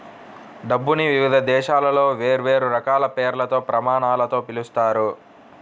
డబ్బుని వివిధ దేశాలలో వేర్వేరు రకాల పేర్లతో, ప్రమాణాలతో పిలుస్తారు